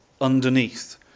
underneath